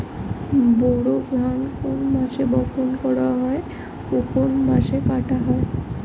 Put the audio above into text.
বোরো ধান কোন মাসে বপন করা হয় ও কোন মাসে কাটা হয়?